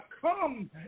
come